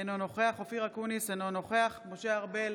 אינו נוכח אופיר אקוניס, אינו נוכח משה ארבל,